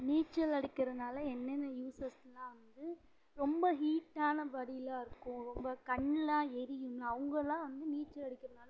நீச்சல் அடிக்கிறனால என்னென்ன யூஸஸ்னால் வந்து ரொம்ப ஹீட்டான பாடியெலாம் இருக்கும் ரொம்ப கண்ணெலாம் எரியும் அவங்கள்லாம் வந்து நீச்சல் அடிக்கிறனால